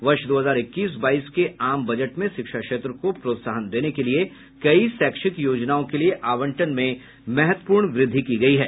वर्ष दो हजार इक्कीस बाईस के आम बजट में शिक्षा क्षेत्र को प्रोत्साहन देने के लिए कई शैक्षिक योजनाओं के लिए आवंटन में महत्वपूर्ण वृद्धि की गई है